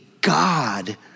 God